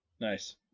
Nice